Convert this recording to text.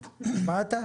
קצרים.